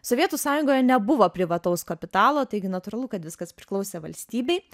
sovietų sąjungoje nebuvo privataus kapitalo taigi natūralu kad viskas priklausė valstybei